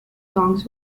songs